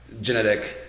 genetic